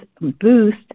boost